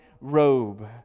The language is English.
robe